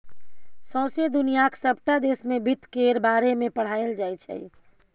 सौंसे दुनियाक सबटा देश मे बित्त केर बारे मे पढ़ाएल जाइ छै